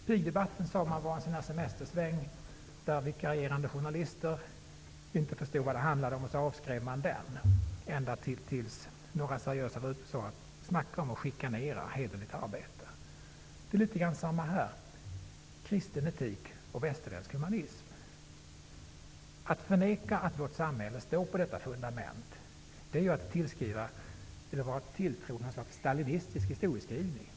Man sade att pigdebatten var en semestersväng för vikarierande journalister som inte förstod vad det handlade om. Man avskrev den ända tills några seriösa personer sade: ''Snacka om att chikanera hederligt arbete!'' Det är något av samma sak med kristen etik och västerländsk humanism. Att förneka att vårt samhälle står på detta fundament är att tilltro något slags stalinistisk historieskrivning.